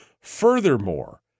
Furthermore